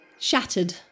Shattered